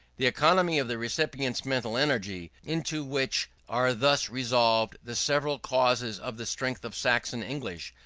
the economy of the recipient's mental energy, into which are thus resolvable the several causes of the strength of saxon english,